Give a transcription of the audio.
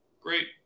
great